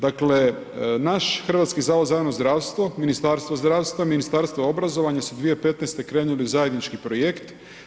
Dakle naš Hrvatski zavod za javno zdravstvo, Ministarstvo zdravstva, Ministarstvo obrazovanja su 2015. krenuli u zajednički projekt.